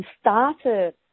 started